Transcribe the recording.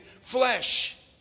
flesh